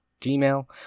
Gmail